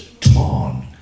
torn